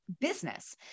business